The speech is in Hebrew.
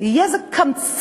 תהיה זו קמצנות